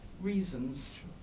reasons